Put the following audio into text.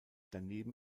daneben